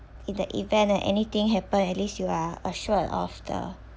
in the event and anything happen at least you are assured of the